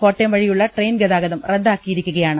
കോട്ടയം വഴിയുള്ള ട്രെയിൻ ഗതാഗതം റദ്ദാക്കിയിരി ക്കുകയാണ്